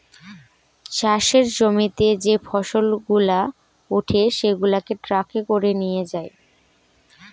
চাষের জমিতে যে ফসল গুলা উঠে সেগুলাকে ট্রাকে করে নিয়ে যায়